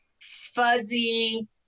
fuzzy